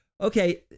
okay